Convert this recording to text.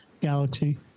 galaxy